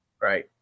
Right